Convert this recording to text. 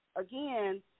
again